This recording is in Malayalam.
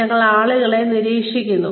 ഞങ്ങൾ ആളുകളെ നിരീക്ഷിക്കുന്നു